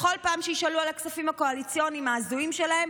בכל פעם שיישאלו על הכספים הקואליציוניים ההזויים שלהם,